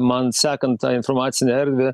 man sekant tą informacinę erdvę